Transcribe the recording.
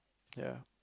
ya